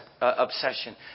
obsession